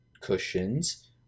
cushions